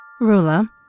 Rula